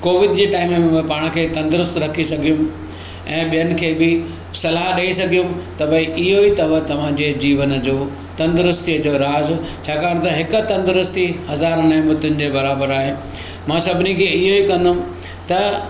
Covid जे time में मां पाण खे तंदुरुस्तु रखी सघियुमि ऐं ॿियनि खे बि सलाह ॾेई सघियुमि त भइ इहो ई अथव तव्हांजे जीवन जो तंदुरुस्तीअ जो राज़ु छाकाणि त हिक तंदुरस्ती हज़ार नेमतियुनि जे बराबरु आहे मां सभिनि खे इहो ई कंदम त